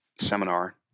seminar